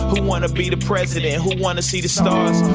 who wanna be the president? who wanna see the stars?